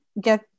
get